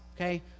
okay